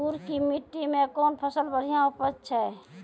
गुड़ की मिट्टी मैं कौन फसल बढ़िया उपज छ?